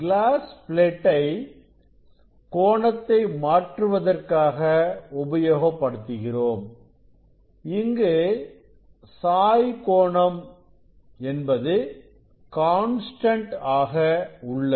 class பிளேட்டை கோணத்தை மாற்றுவதற்காக உபயோகப்படுத்துகிறோம் இங்கு சாய் கோணம் என்பது கான்ஸ்டன்ட் ஆக உள்ளது